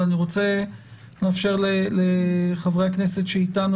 אבל אני רוצה לאפשר לחברי הכנסת שאיתנו,